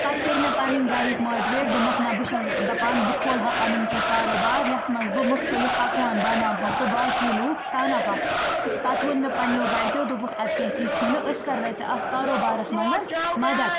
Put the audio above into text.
پَتہٕ کٔرۍ مےٚ پَنٕنۍ گَرِکۍ ماٹویٹ دوٚپکھ نہَ بہٕ چھَس دَپان بہٕ کھولہٕ ہا پَنُن کیٚنٛہہ کاروبار یَتھ منٛز بہٕ مُختلِف پکوان بَناوٕہا تہٕ باقٕے لوٗکھ کھیٚاوٕناوہاکھ پَتہٕ ووٚن مےٚ پَنٕنٮ۪و گَرکیو دوٚپُکھ اَدٕ کیٛاہ کیٚنٛہہ چھُنہٕ أسۍ کَرہوے ژےٚ اَتھ کاروبارَس منٛز مَدَتھ